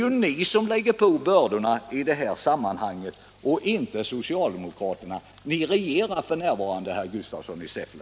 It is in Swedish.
Det är ni som lägger på bördorna i det här sammanhanget, inte socialdemokraterna. Ni regerar f. n., herr Gustafsson i Säffle.